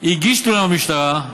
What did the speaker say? הגיש תלונה במשטרה,